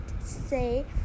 say